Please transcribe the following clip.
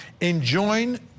Enjoin